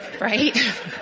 Right